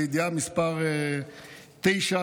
זו ידיעה מס' 9,